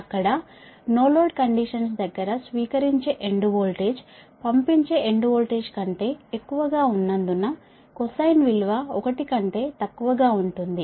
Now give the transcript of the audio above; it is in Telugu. అక్కడ నో లోడ్ కండీషన్స్ దగ్గర స్వీకరించే ఎండ్ వోల్టేజ్ పంపించే ఎండ్ వోల్టేజ్ కంటే ఎక్కువగా ఉన్నందున కొసైన్ విలువ 1 కంటే తక్కువగా ఉంటుంది